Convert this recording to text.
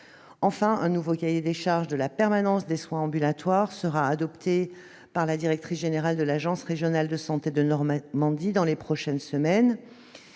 Enfin, un nouveau cahier des charges de la permanence des soins ambulatoires sera adopté par la directrice générale de l'agence régionale de santé de Normandie dans les prochaines semaines.